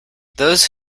those